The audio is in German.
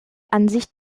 ansicht